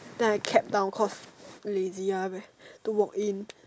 then I cabbed down cause lazy ah to walk in